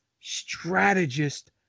strategist